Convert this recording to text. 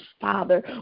Father